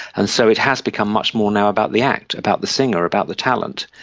and so it has become much more now about the act, about the singer, about the talent,